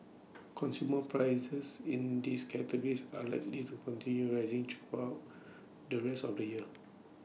consumer prices in these categories are likely to continue rising throughout the rest of the year